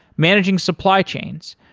managing supply chains,